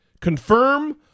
confirm